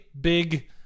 big